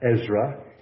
Ezra